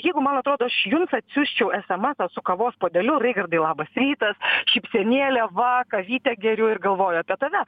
jeigu man atrodo aš jums atsiųsčiau esamesą su kavos puodeliu raigardai labas rytas šypsenėlė va kavytę geriu ir galvoju apie tave